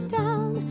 down